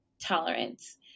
tolerance